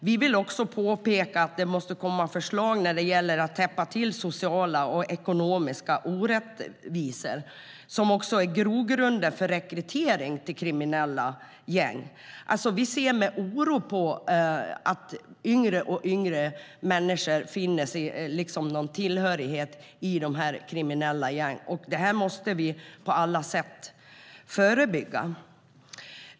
Vi vill påpeka att det måste komma förslag när det gäller att täppa till sociala och ekonomiska orättvisor, som också är grogrunden för rekrytering till kriminella gäng. Vi ser med oro på att yngre och yngre människor finner tillhörighet i kriminella gäng, och det måste vi på alla sätt förebygga.